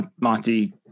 monty